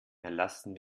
erlassen